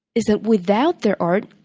is that, without their art,